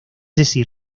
decir